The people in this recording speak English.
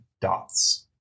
dots